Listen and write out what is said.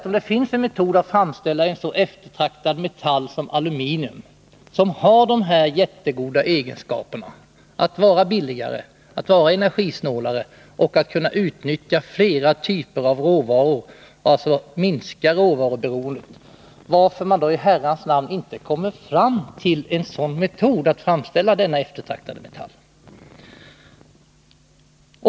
Om det finns en metod för att framställa en eftertraktad metall som aluminium som har de mycket goda egenskaperna att vara billigare, energisnålare och kunna utnyttja flera typer av råvaror och därmed minska råvaruberoendet, så måste man fråga sig varför i Herrans namn ingen börjar använda en sådan metod för att framställa den eftertraktade metallen.